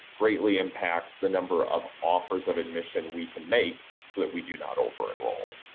greatly impacts the number of offers of admission we can make so that we do not over enroll.